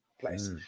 place